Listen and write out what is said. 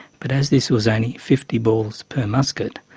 but as this was only fifty balls per musket,